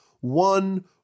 one